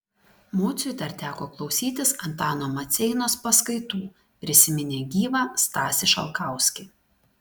mociui dar teko klausytis antano maceinos paskaitų prisiminė gyvą stasį šalkauskį